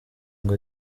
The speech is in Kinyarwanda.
ngo